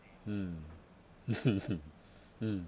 mm mm mm